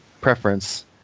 preference